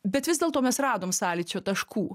bet vis dėlto mes radom sąlyčio taškų